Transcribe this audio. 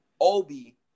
Obi